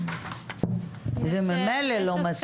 זה ממילא לא מספיק.